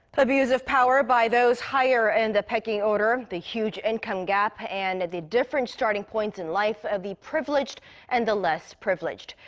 abuse of power by those higher in and the pecking order, the huge income gap and and the different starting points in life of the privileged and the less privileged.